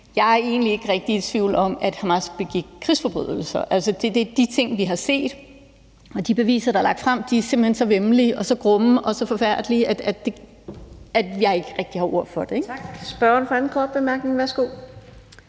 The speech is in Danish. jeg egentlig ikke rigtig er i tvivl om, at Hamas begik krigsforbrydelser. De ting, vi har set, og de beviser, der er lagt frem, er simpelt hen så væmmelige og grumme og forfærdelige, at jeg ikke rigtig har ord for det. Kl. 12:53 Fjerde næstformand (Karina